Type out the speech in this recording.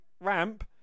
ramp